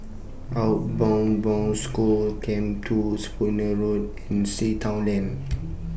Outward Bound School Camp two Spooner Road and Sea Town Lane